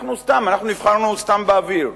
אנחנו סתם, אנחנו נבחרנו סתם באוויר.